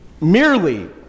merely